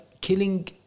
killing